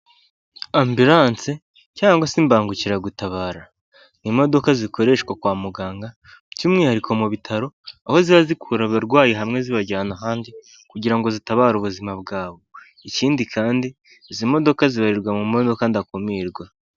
Ambiranse cyangwa se imbangukiragutabara, n'i imodoka zikoreshwa kwa muganga by'umwihariko mu bitaro, aho ziba zikura abarwayi hamwe zibajyana ahandi kugira ngo zitabare ubuzima bwawe, ikindi kandi izi modoka zibarirwa mu modoka ndakumirwa.